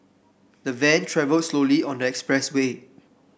the van travelled slowly on the expressway